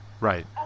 Right